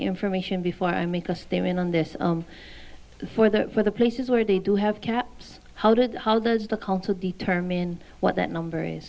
information before i make a statement on this for the for the places where they do have kept how did how does the council determine what that number i